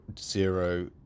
zero